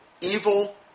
evil